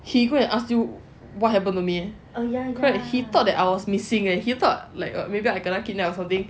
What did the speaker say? he go and ask you what happened to me leh he thought that I was missing leh he thought like maybe I kena kidnap or something